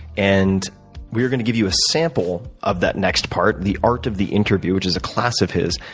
and we are going to give you a sample of that next part, the art of the interview, which is a class of his.